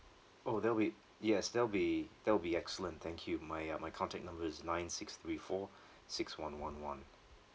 oh that'll be yes that'll be that'll be excellent thank you my uh my contact number is nine six three four six one one one